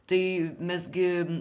tai mes gi